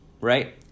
right